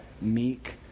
meek